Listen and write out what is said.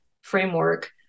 framework